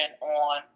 on